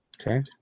Okay